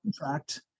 contract